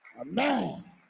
Amen